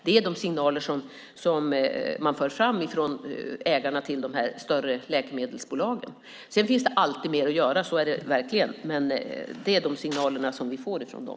Det är de signaler som man för fram från ägarna till de större läkemedelsbolagen. Sedan finns det alltid mer att göra, så är det verkligen, men det är de signaler vi får från dem.